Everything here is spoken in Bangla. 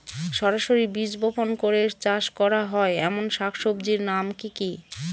সরাসরি বীজ বপন করে চাষ করা হয় এমন শাকসবজির নাম কি কী?